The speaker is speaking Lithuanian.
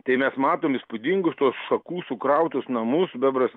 tai mes matom įspūdingus tuos šakų sukrautus namus bebras